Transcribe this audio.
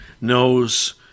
knows